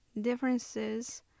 differences